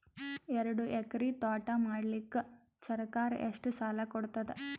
ಎರಡು ಎಕರಿ ತೋಟ ಮಾಡಲಿಕ್ಕ ಸರ್ಕಾರ ಎಷ್ಟ ಸಾಲ ಕೊಡತದ?